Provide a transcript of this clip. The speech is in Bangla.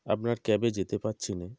আপনার ক্যাবে যেতে পারছি না